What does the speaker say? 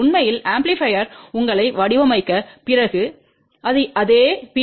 உண்மையில் ஆம்பிளிபையர் உங்களை வடிவமைத்த பிறகு அது அதே பி